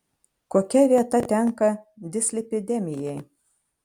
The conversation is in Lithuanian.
kokia vieta tenka dislipidemijai